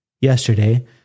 yesterday